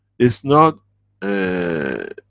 it's not a.